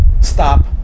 stop